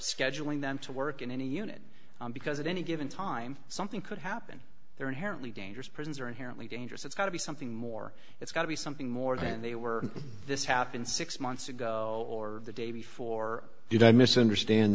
scheduling them to work in any unit because at any given time something could happen they're inherently dangerous prisons are inherently dangerous it's got to be something more it's got to be something more than they were this happened six months ago or the day before did i misunderstand